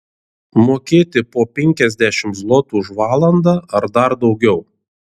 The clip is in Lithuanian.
mokėti po penkiasdešimt zlotų už valandą ar dar daugiau